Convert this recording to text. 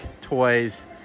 toys